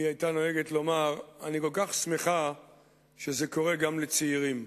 היא היתה נוהגת לומר: אני כל כך שמחה שזה קורה גם לצעירים.